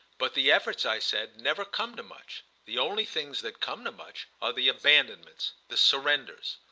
but the efforts, i said, never come to much the only things that come to much are the abandonments, the surrenders.